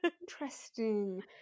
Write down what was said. Interesting